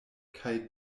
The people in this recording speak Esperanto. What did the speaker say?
kaj